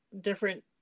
different